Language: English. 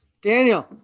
Daniel